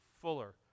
fuller